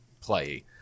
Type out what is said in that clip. play